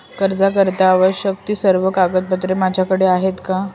कर्जाकरीता आवश्यक ति सर्व कागदपत्रे माझ्याकडे आहेत का?